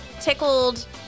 tickled